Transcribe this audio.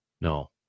No